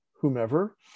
whomever